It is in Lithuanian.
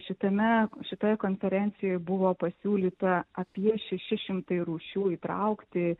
šitame šitoje konferencijoj buvo pasiūlyta apie šeši šimtai rūšių įtraukti